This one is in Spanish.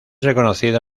reconocido